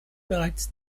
bereits